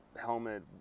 helmet